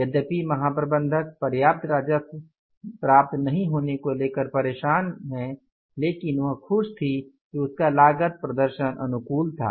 यद्यपि महाप्रबंधक पर्याप्त राजस्व प्राप्त नहीं होने को लेकर परेशान हैं लेकिन वह खुश थीं कि उसका लागत प्रदर्शन अनुकूल था